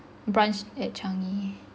branch at changi